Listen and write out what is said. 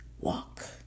Walk